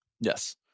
Yes